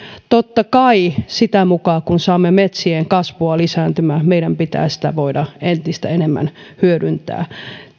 totta kai sitä mukaa kun saamme metsien kasvua lisääntymään meidän pitää sitä voida entistä enemmän hyödyntää